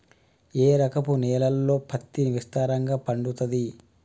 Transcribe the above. ఏ రకపు నేలల్లో పత్తి విస్తారంగా పండుతది?